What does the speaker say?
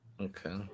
Okay